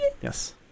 Yes